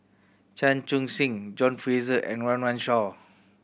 Chan Chun Sing John Fraser and Run Run Shaw